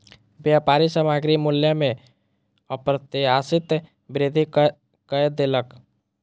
व्यापारी सामग्री मूल्य में अप्रत्याशित वृद्धि कय देलक